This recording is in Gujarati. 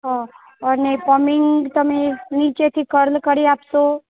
હા અને પમીંગ તમે નીચેથી કર્લ કરી આપશો